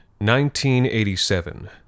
1987